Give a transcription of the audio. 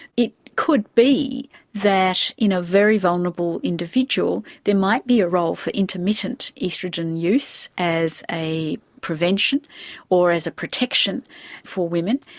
it could be that in a very vulnerable individual there might be a role for intermittent oestrogen use as a prevention or as a protection for women.